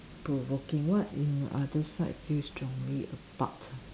provoking what in the other side feel strongly about ah